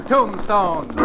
Tombstone